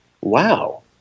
Wow